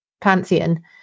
pantheon